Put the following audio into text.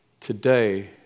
Today